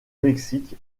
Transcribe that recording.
mexique